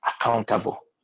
accountable